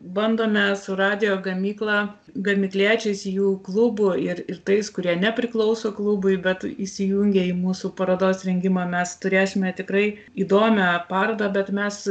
bandome su radijo gamykla gamyliečiais jų klubu ir ir tais kurie nepriklauso klubui bet įsijungė į mūsų parodos rengimą mes turėsime tikrai įdomią parodą bet mes